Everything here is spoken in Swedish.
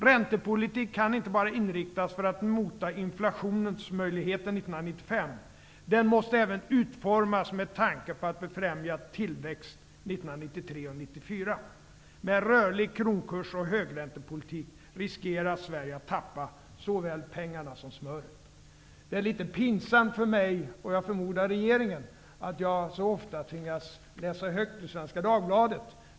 Räntepolitiken kan inte bara inriktas för att mota inflationsmöjligheter 1995. Den måste även utformas med tanke på att befrämja tillväxt 1993 och 1994. Med rörlig kronkurs och högräntepolitik riskerar Sverige att tappa såväl pengarna som smöret.'' Det är litet pinsamt för mig, och jag förmodar även för regeringen, att jag så ofta tvingas läsa högt ur Svenska Dagbladet.